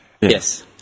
Yes